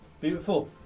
Beautiful